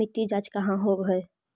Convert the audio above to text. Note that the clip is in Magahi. मिट्टी जाँच कहाँ होव है?